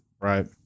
Right